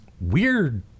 weird